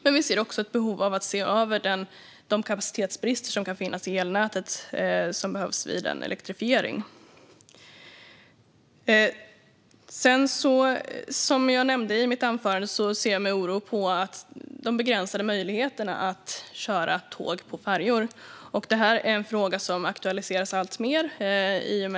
Men vi ser också ett behov av att se över de kapacitetsbrister som kan finnas i det elnät som behövs vid en elektrifiering. Som jag nämnde i mitt anförande ser jag med oro på de begränsade möjligheterna att köra tåg på färjor. Det är en fråga som aktualiseras alltmer.